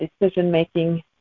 decision-making